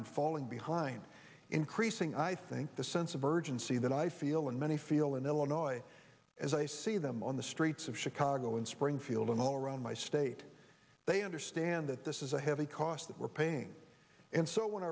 and falling behind increasing i think the sense of urgency that i feel and many feel in illinois as i see them on the streets of chicago in springfield and all around my state they understand that this is a heavy cost that we're paying and so